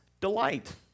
delight